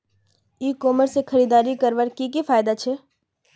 ई commerce से खरीदारी करवार की की फायदा छे?